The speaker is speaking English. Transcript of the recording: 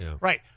Right